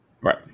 Right